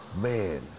Man